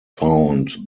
found